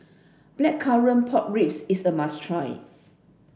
blackcurrant pork ribs is a must try